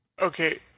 Okay